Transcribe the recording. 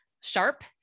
sharp